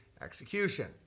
execution